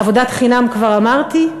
עבודת חינם כבר אמרתי?